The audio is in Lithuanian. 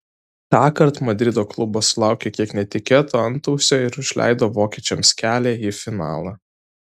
tąkart madrido klubas sulaukė kiek netikėto antausio ir užleido vokiečiams kelią į finalą